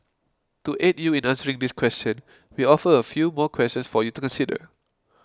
to aid you in answering this question we offer a few more questions for you to consider